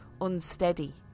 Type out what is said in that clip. unsteady